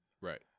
right